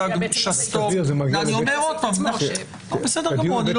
שסתום ------ אני אומר עוד פעם אני לא